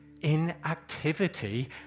inactivity